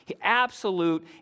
Absolute